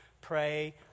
pray